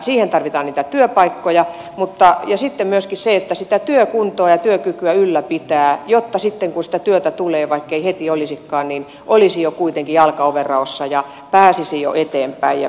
siihen tarvitaan niitä työpaikkoja ja myöskin sitä että sitä työkuntoa ja työkykyä ylläpitää jotta sitten kun sitä työtä tulee vaikkei sitä heti olisikaan niin olisi jo kuitenkin jalka ovenraossa ja pääsisi jo eteenpäin ja pysyisi työkyky